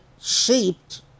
shaped